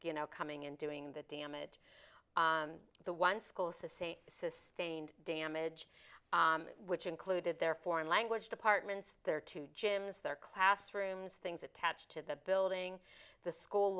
you know coming in doing the damage the one school says a sustained damage which included their foreign language departments there to gyms their classrooms things attached to the building the school